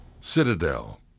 Citadel